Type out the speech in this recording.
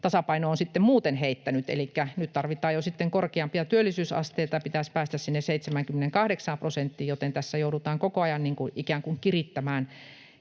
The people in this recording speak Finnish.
tasapaino on sitten muuten heittänyt. Elikkä nyt tarvitaan jo sitten korkeampia työllisyysasteita ja pitäisi päästä sinne 78 prosenttiin, joten tässä joudutaan koko ajan ikään